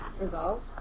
Resolve